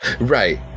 right